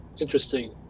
interesting